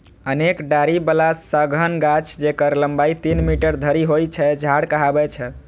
अनेक डारि बला सघन गाछ, जेकर लंबाइ तीन मीटर धरि होइ छै, झाड़ कहाबै छै